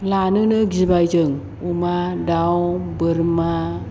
लानोनो गिबाय जों अमा दाउ बोरमा